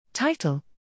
Title